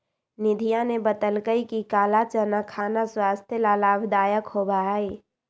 निधिया ने बतल कई कि काला चना खाना स्वास्थ्य ला लाभदायक होबा हई